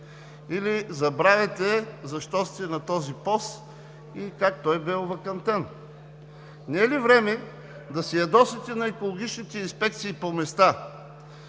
Или забравяте защо сте на този пост и как той бе овакантен?! Не е ли време да се ядосате на екологичните инспекции по места,